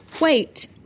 wait